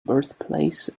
birthplace